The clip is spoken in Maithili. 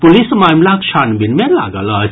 पुलिस मामिलाक छानबीन मे लागल अछि